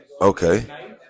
Okay